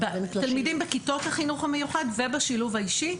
תלמידים בכיתות החינוך המיוחד ובשילוב האישי,